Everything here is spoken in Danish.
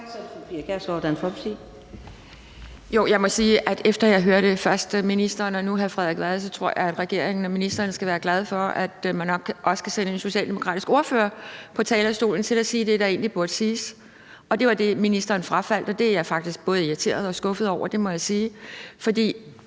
Efter at jeg hørte først ministeren og nu hr. Frederik Vad, tror jeg, at regeringen og ministeren skal være glade for, at man kan sætte en socialdemokratisk ordfører på talerstolen til at sige det, der egentlig burde siges. Det var det, ministeren frafaldt, og det er jeg faktisk både irriteret og skuffet over. Det må jeg sige. For